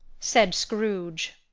said scrooge.